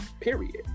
Period